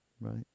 Right